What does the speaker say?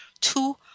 Two